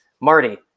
Marty